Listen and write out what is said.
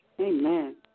Amen